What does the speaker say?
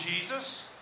Jesus